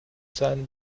sein